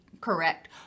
correct